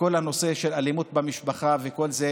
שכל הנושא של אלימות במשפחה וכל זה,